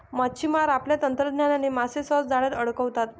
मच्छिमार आपल्या तंत्रज्ञानाने मासे सहज जाळ्यात अडकवतात